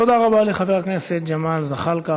תודה רבה לחבר הכנסת ג'מאל זחאלקה.